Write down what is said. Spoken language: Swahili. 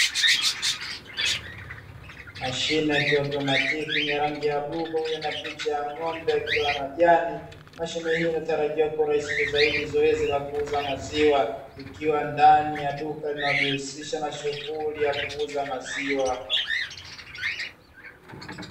Mashine ya kiautomatiki yenye rangi ya bluu pamoja na picha ya ng'ombe akila majani, mashine hii inatarajiwa kurahisisha zaidi zoezi lakuuza maziwa ikiwa ndani ya duka linalijihusisha na shughuli ya kuuza maziwa .